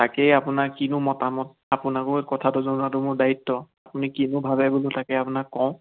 তাকে আপোনাৰ কিনো মতামত আপোনাকো কথাটো জনোৱাটো মোৰ দায়িত্ব আপুনি কিনো ভাৱে বোলো তাকে আপোনাক কওঁ